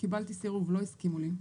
וקיבלתי סירוב, לא הסכימו לי.